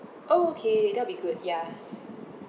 oh okay that will be good ya